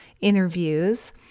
interviews